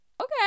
okay